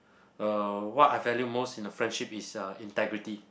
uh what I value most in the friendship is uh integrity